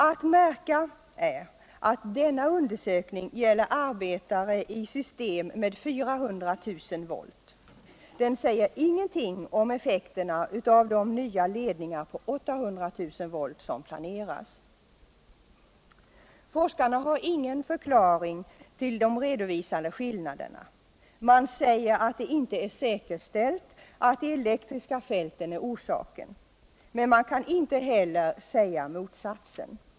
Att märka är att denna undersökning gäller arbetare i system med 400 000 volt. Undersökningen säger ingenting om effekterna av de nya ledningar på 800 000 volt som planeras. Forskarna har vidare ingen förklaring till de redovisade skillnaderna. Man säger att det inte är säkerställt att de elektriska fälten är orsaken, men man kan inte heller bevisa motsatsen.